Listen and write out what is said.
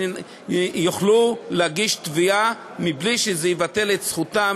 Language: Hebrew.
הם יוכלו להגיש תביעה בלי שזה יבטל את זכותם